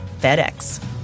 FedEx